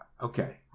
Okay